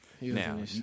Now